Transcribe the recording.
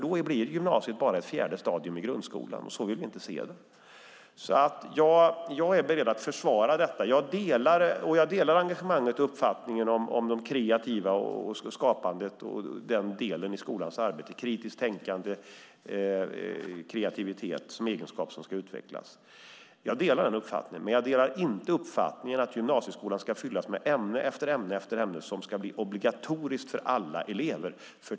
Då blir gymnasiet bara ett fjärde stadium i grundskolan, och så vill vi inte se det. Detta är jag beredd att försvara. Jag delar dock engagemanget och uppfattningen om det kreativa och det skapande i skolans arbete. Kritiskt tänkande och kreativitet är egenskaper som ska utvecklas. Jag delar däremot inte uppfattningen att gymnasieskolan ska fyllas med ämne efter ämne som ska vara obligatoriska för alla elever.